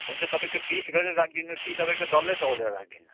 हुन्छ तपाईँको पिस गरेर राख्दिनु कि तपाईँको डल्लै तौलेर राख्दिनु